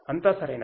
అంతా సరైనది